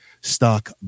stock